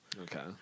Okay